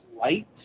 light